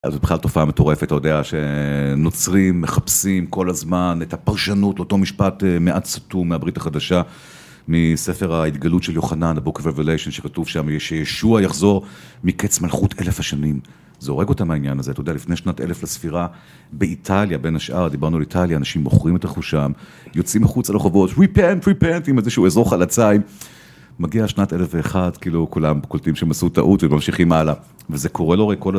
אז בכלל תופעה מטורפת, אתה יודע, שנוצרים מחפשים כל הזמן את הפרשנות לאותו משפט מעט סתום מהברית החדשה, מספר ההתגלות של יוחנן, ה Book of revelations שכתוב שם שישוע יחזור מקץ מלכות אלף השנים, זה הורג אותם העניין הזה, אתה יודע, לפני שנת אלף לספירה באיטליה, בין השאר, דיברנו על איטליה, אנשים מוכרים את רכושם, יוצאים מחוץ על רחובות ויפנט ויפנט עם איזשהו אזור חלציים, מגיע שנת אלף ואחת כאילו כולם קולטים שהם עשו טעות וממשיכים הלאה, וזה קורה לאורך כל השנים